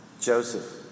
Joseph